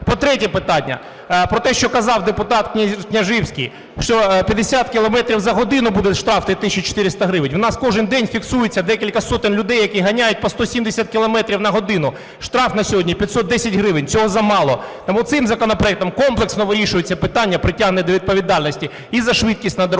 По-третє, питання. Про те, що казав депутат Княжицький. Що 50 кілометрів за годину буде штраф 3400 гривень? В нас кожен день фіксується декілька сотень людей, які ганяють по 170 кілометрів на годину. Штраф на сьогодні 510 гривень. Цього замало. Тому цим законопроектом комплексно вирішується питання притягнення до відповідальності і за швидкість на дорогах